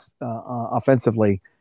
offensively